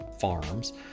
farms